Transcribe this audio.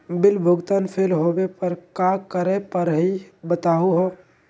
Bill भुगतान fail होवे पर का करै परही, बताहु हो?